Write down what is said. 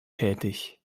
tätig